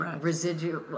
residual